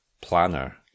planner